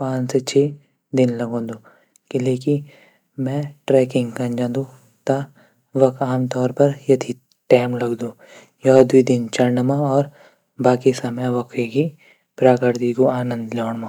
पांच से छः दिन लगौदूं। मै ट्रैकिंग कनो जांदू। और आमतौर पर दुवि दिन चढण मा और बाकी समय वखो कू प्रकृत्ति आंनदो लीण मा।